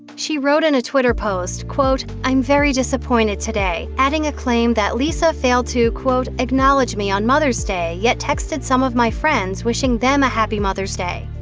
she wrote in a twitter post, quote, i'm very disappointed today, adding a claim that lyssa failed to, quote, acknowledge me on mother's day yet texted some of my friends wishing them a happy mother's day.